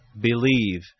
believe